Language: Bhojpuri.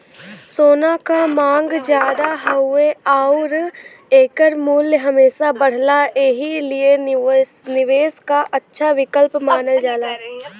सोना क मांग जादा हउवे आउर एकर मूल्य हमेशा बढ़ला एही लिए निवेश क अच्छा विकल्प मानल जाला